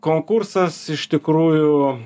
konkursas iš tikrųjų